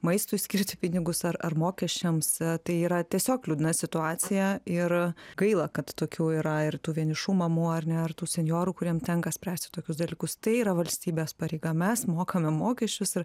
maistui skirti pinigus ar ar mokesčiams tai yra tiesiog liūdna situacija ir gaila kad tokių yra ir tų vienišų mamų ar ne ar tų senjorų kuriem tenka spręsti tokius dalykus tai yra valstybės pareiga mes mokame mokesčius ir